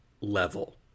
level